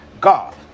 God